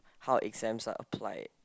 how exams are applied